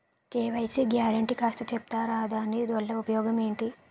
KYC guarantee కాస్త చెప్తారాదాని వల్ల ఉపయోగం ఎంటి?